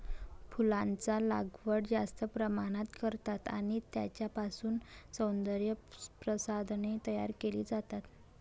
फुलांचा लागवड जास्त प्रमाणात करतात आणि त्यांच्यापासून सौंदर्य प्रसाधने तयार केली जातात